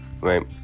right